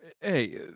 Hey